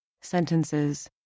sentences